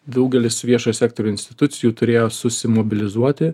daugelis viešojo sektorio institucijų turėjo susimobilizuoti